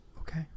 Okay